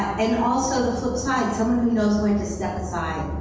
and also, the flip side. someone who know so when to step aside.